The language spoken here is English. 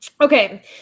Okay